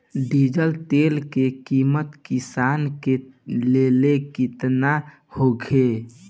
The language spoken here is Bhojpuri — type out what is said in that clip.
डीजल तेल के किमत किसान के लेल केतना होखे?